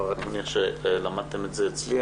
אני מניח שלמדתם את זה אצלי.